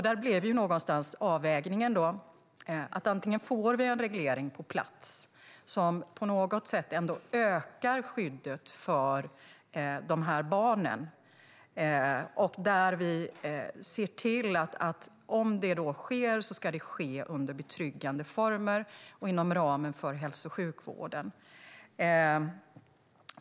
Där någonstans blev avvägningen att få en reglering på plats som ändå ökar skyddet för barnen, och om omskärelse sker ska det ske under betryggande former och inom ramen för hälso och sjukvården.